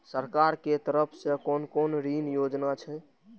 सरकार के तरफ से कोन कोन ऋण योजना छै?